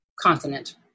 continent